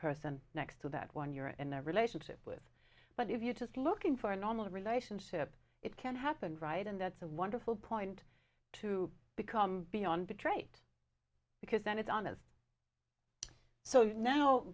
person next to that one you're in their relationship with but if you're just looking for a normal relationship it can happen right and that's a wonderful point to become beyond bitrate because then it's on as so